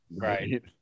Right